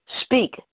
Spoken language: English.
Speak